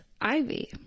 Ivy